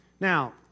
Now